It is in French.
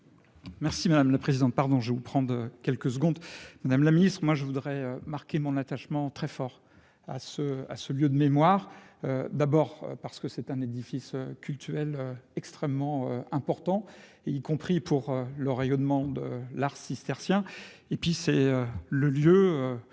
Merci madame la présidente,